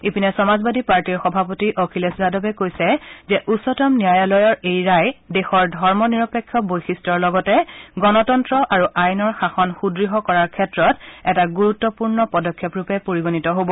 ইপিনে সমাজবাদী পাৰ্টীৰ সভাপতি অখিলেশ যাদৱে কৈছে যে উচ্চতম ন্যায়ালয়ৰ এই ৰায় দেশৰ ধৰ্ম নিৰপেক্ষ বৈশিষ্ট্যৰ লগতে গণতন্ত্ৰ আৰু আইনৰ শাসন সূদ্য় কৰাৰ ক্ষেত্ৰত এটা গুৰুত্পূৰ্ণ পদক্ষেপৰূপে পৰিগণিত হ'ব